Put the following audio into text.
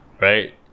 right